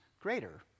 greater